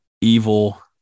evil